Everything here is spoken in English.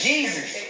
Jesus